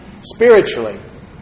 spiritually